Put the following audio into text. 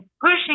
pushing